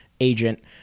agent